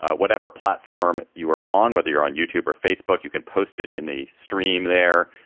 ah whatever platform you are on, whether you're on youtube or facebook, you can post it in the stream there.